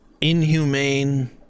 inhumane